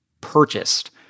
purchased